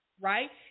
Right